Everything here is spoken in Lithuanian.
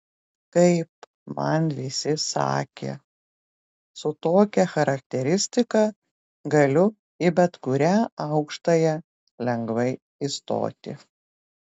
kaip man visi sakė su tokia charakteristika galiu į bet kurią aukštąją lengvai įstoti